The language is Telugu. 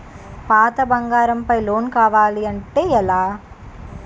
పాత బంగారం పై లోన్ కావాలి అంటే ఎలా?